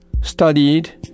studied